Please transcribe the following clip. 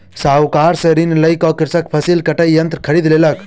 साहूकार से ऋण लय क कृषक फसिल कटाई यंत्र खरीद लेलक